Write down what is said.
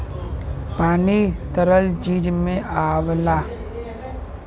पानी तरल चीज में आवला